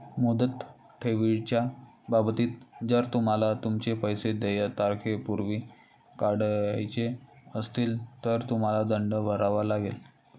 मुदत ठेवीच्या बाबतीत, जर तुम्हाला तुमचे पैसे देय तारखेपूर्वी काढायचे असतील, तर तुम्हाला दंड भरावा लागेल